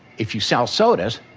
if you sell sodas,